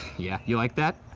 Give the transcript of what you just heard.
yeah, you like that?